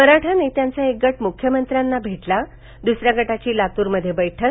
मराठा नेत्यांचा एक गट मुख्यमंत्र्यांना भेटला दुसऱ्या गटाची लातूरमध्ये बैठक